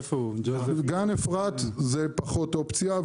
גן אפרת זה פחות אופציה,